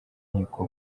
nkiko